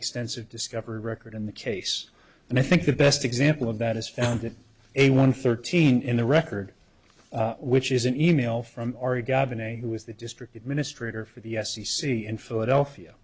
extensive discovery record in the case and i think the best example of that is found in a one thirteen in the record which is an email from oregon b'nai who was the district administrator for the f c c in philadelphia